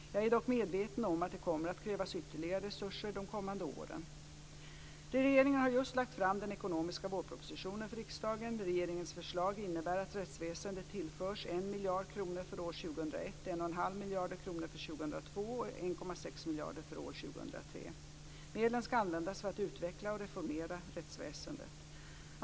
Jag är dock medveten om att det kommer att krävas ytterligare resurser de kommande åren. Regeringen har just lagt fram den ekonomiska vårpropositionen för riksdagen. Regeringens förslag innebär att rättsväsendet tillförs 1 miljard kronor för år 2001, 1,5 miljarder kronor för år 2002 och 1,6 miljarder för år 2003. Medlen ska användas för att utveckla och reformera rättsväsendet.